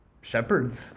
shepherds